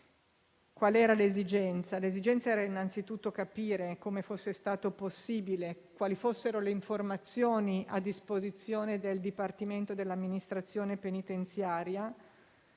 dei detenuti. L'esigenza era innanzitutto capire come fosse stato possibile e quali fossero le informazioni a disposizione del Dipartimento dell'amministrazione penitenziaria;